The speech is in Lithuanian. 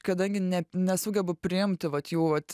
kadangi ne nesugebu priimti vat jų vat